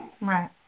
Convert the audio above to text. Right